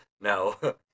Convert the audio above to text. No